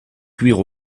cuire